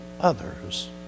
others